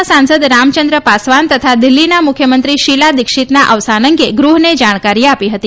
ના સાંસદ રામચંદ્ર પાસવાન તથા દિલ્હીના મુખ્યમંત્રી શીલા દિક્ષીતના અવસાન અંગે ગૃહને જાણકારી આપી હતી